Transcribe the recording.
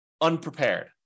unprepared